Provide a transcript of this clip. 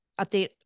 update